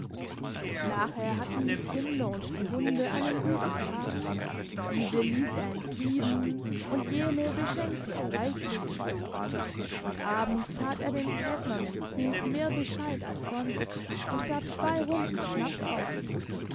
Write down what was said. nachher hatten die kinder und die hunde einen guten tag diese liess er in frieden und jene beschenkte er reichlich und abends tat er den kätnern im krug mehr bescheid als sonst und gab zwei runden schnaps aus